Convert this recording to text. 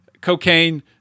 cocaine